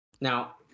Now